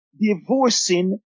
divorcing